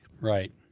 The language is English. Right